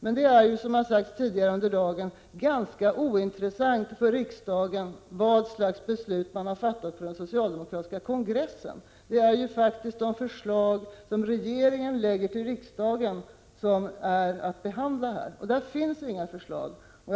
Men det är ju, som har sagts tidigare under dagen, ganska ointressant för riksdagen vad slags beslut som har fattats på den socialdemokratiska partikongressen. Det är faktiskt de förslag som regeringen lägger fram för riksdagen som skall behandlas här. Och det finns inga förslag härvidlag.